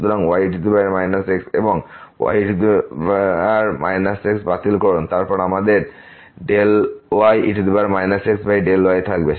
সুতরাং ye x এবং বিয়োগ y e x বাতিল করুন এবং তারপর আমাদের ye xy থাকবে